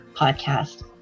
podcast